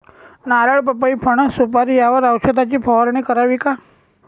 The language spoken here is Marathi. नारळ, पपई, फणस, सुपारी यावर औषधाची फवारणी करावी का?